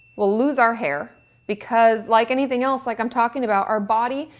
we'll lose our hair because like anything else like i'm talking about, our body,